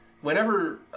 whenever